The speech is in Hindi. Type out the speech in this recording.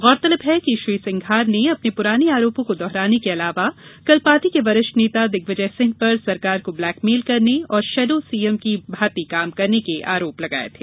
गौरतलब है कि श्री सिंघार ने अपने पुराने आरोपों को दोहराने के अलावा कल पार्टी के वरिष्ठ नेता दिग्विजय सिंह पर सरकार को ब्लैकमेल करने और शेडो सीएम की भांति काम करने के आरोप लगाए थे